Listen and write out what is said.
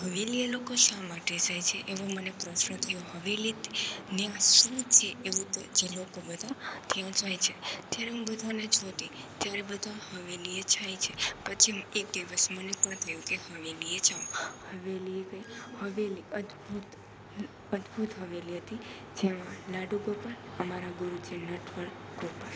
હવેલીએ લોકો શા માટે જાય છે એવો મને પ્રશ્ન થયો હવેલી ને શું છે એવું તે જે લોકો બધાં ત્યાં જાય છે ત્યારે હું બધાને જોતી ત્યારે બધા હવેલીએ જાય છે પછી એક દિવસ મને પણ થયું કે હવેલીએ જાઉ હવેલીએ ગઈ હવેલી અદભૂત અદભૂત હવેલી હતી જ્યાં લાડુ ગોપાલ અમારા ગુરુજી જે નટવર ગોપાલ